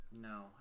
No